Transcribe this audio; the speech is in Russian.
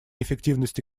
эффективности